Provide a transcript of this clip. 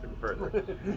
further